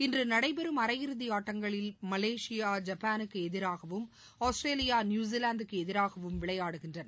இன்றுநடைபெறும் அரையிறுதிஆட்டங்களில் மலேஷியா ஜப்பானுக்குஎதிராகவும் ஆஸ்திரேலியாநியூசிலாந்துக்குஎதிராகவும் விளையாடுகின்றன